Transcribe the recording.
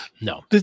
No